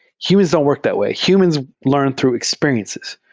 humans don't work that way. humans learn through experiences.